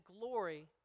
glory